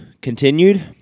Continued